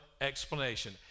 explanation